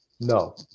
No